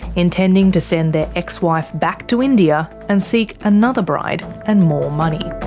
intending to send their ex-wife back to india and seek another bride and more money.